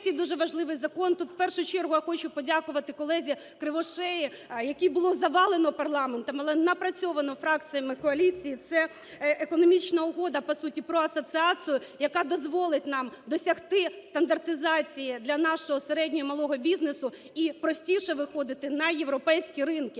тут в першу чергу я хочу подякувати колезіКривошеї, - який було завалено парламентом, але напрацьовано фракціями коаліції. Це економічна угода, по суті, про асоціацію, яка дозволить нам досягти стандартизації для нашого середнього і малого бізнесу і простіше виходити на європейські ринки.